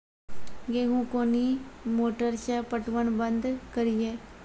गेहूँ कोनी मोटर से पटवन बंद करिए?